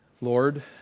Lord